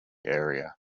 area